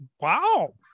Wow